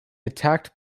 attacked